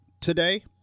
today